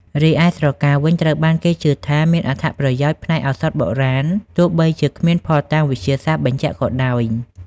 រីឯស្រកាវិញ ត្រូវបានគេជឿថាមានអត្ថប្រយោជន៍ផ្នែកឱសថបុរាណ ទោះបីជាគ្មានភស្តុតាងវិទ្យាសាស្ត្របញ្ជាក់ក៏ដោយ។